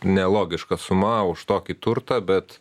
nelogiška suma už tokį turtą bet